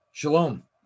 Shalom